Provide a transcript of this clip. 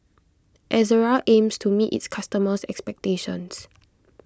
Ezerra aims to meet its customers' expectations